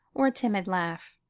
or a timid laugh.